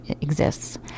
exists